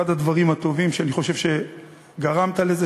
אחד הדברים הטובים שאני חושב שגרמת להם,